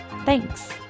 Thanks